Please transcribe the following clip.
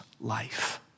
life